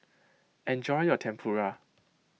enjoy your Tempura